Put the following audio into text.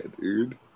dude